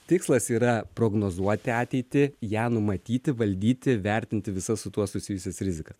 tikslas yra prognozuoti ateitį ją numatyti valdyti vertinti visas su tuo susijusias rizikas